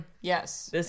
Yes